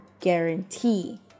guarantee